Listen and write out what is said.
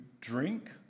drink